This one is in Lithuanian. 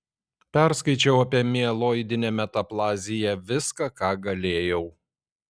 perskaičiau apie mieloidinę metaplaziją viską ką galėjau